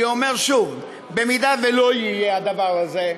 אני אומר שוב, אם לא יהיה הדבר הזה,